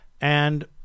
and-